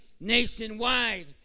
nationwide